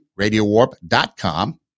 RadioWarp.com